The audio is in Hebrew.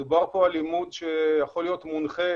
מדובר על לימוד שיכול להיות מונחה